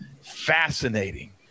fascinating